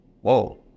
whoa